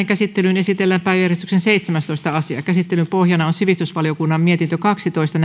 käsittelyyn esitellään päiväjärjestyksen seitsemästoista asia käsittelyn pohjana on sivistysvaliokunnan mietintö kaksitoista